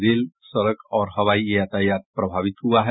rail सड़क और हवाई यातायात प्रभावित हुआ है